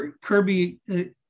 Kirby